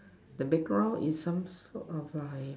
the background is some sort of like